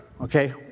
okay